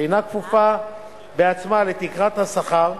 שאינה כפופה בעצמה לתקרת השכר,